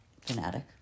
Fanatic